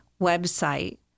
website